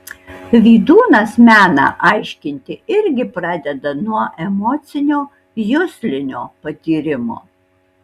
vydūnas meną aiškinti irgi pradeda nuo emocinio juslinio patyrimo